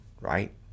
right